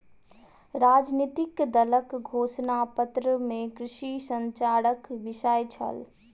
राजनितिक दलक घोषणा पत्र में कृषि संचारक विषय छल